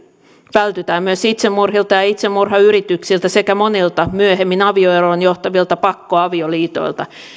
vältytään myös itsemurhilta ja ja itsemurhayrityksiltä sekä monilta myöhemmin avioeroon johtavilta pakkoavioliitoilta